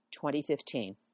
2015